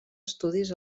estudis